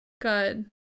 Good